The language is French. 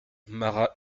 marat